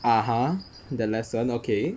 (uh huh) the lesson okay